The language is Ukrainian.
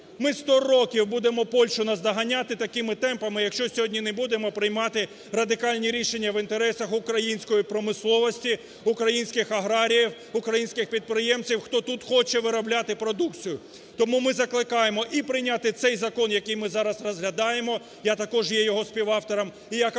Ми 100 років будемо Польщу наздоганяти такими темпами, якщо сьогодні не будемо приймати радикальні рішення в інтересах української промисловості, українських аграріїв, українських підприємців, хто тут хоче виробляти продукцію. Тому ми закликаємо і прийняти цей закон, який ми зараз розглядаємо, я також є його співавтором, і якомога